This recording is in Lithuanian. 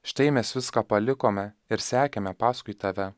štai mes viską palikome ir sekėme paskui tave